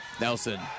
Nelson